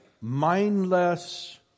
mindless